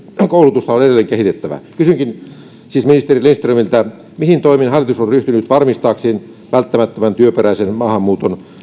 koulutusta on on edelleen kehitettävä kysynkin siis ministeri lindströmiltä mihin toimiin hallitus on ryhtynyt varmistaakseen välttämättömän työperäisen maahanmuuton